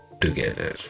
together